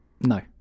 No